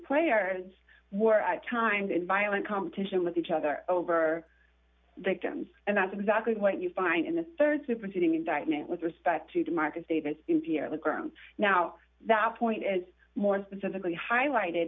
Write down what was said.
players were at times in violent competition with each other over the kittens and that's exactly what you find in the rd superseding indictment with respect to the mark of davis in pierre the ground now that point is more specifically highlighted